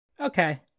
Okay